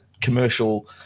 commercial